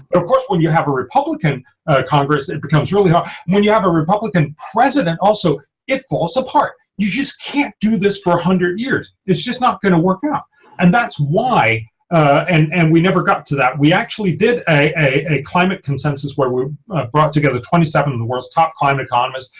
but of course when you have a republican congress it becomes really hard when you have a republican president. also, it falls apart. you just can't do this for a hundred years it's just not going to work out and that's why and and we never got to that we actually did a climate consensus where we brought together twenty seven of the world's top climate economists,